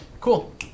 Cool